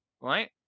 right